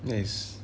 nice